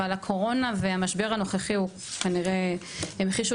אבל הקורונה והמשבר הנוכחי כנראה המחישו